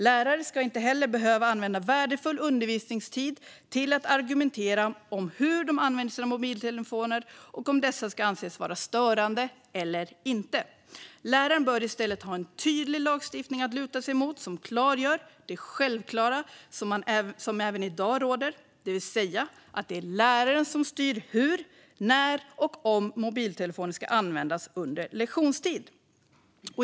Lärare ska inte heller behöva använda värdefull undervisningstid till att argumentera om hur elever använder sina mobiltelefoner och om huruvida dessa ska anses vara störande eller inte. Läraren bör i stället ha en tydlig lagstiftning att luta sig mot som klargör det självklara som även i dag råder, det vill säga att det är läraren som styr hur, när och om mobiltelefoner ska användas under lektionstid.